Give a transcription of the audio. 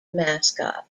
mascot